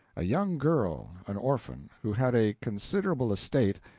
a young girl, an orphan, who had a considerable estate,